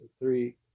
three